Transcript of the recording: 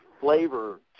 flavor